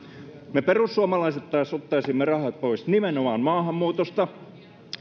me perussuomalaiset taas ottaisimme rahat pois nimenomaan maahanmuutosta